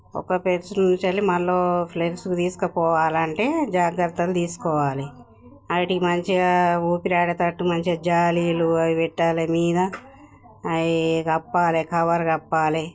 ఒక ప్లేస్ నుంచి మళ్ళీ ప్లేస్కి తీసుకుపోవాలంటే జాగ్రత్తలు తీసుకోవాలి వాటికి మంచిగా ఊపిరి ఆడేటట్టు మంచిగా జాలీలు అవి పెట్టాలి మీద అవి కప్పాలి కవర్ కప్పాలి